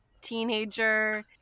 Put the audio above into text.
teenager